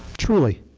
truly.